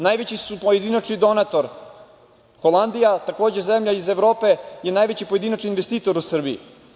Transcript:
Najveći su pojedinačni donator je Holandija, takođe zemlja iz Evrope i najveći pojedinačni investitor u Srbiji.